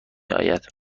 آید